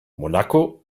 monaco